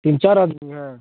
تین چار آدمی ہیں